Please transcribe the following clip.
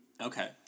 Okay